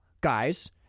guys